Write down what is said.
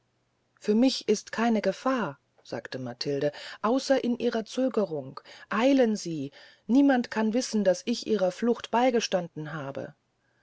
für mich ist keine gefahr sagte matilde außer in ihrer zögerung eilen sie niemand kann wissen daß ich ihrer flucht beygestanden habe